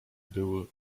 był